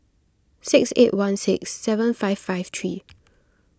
six eight one six seven five five three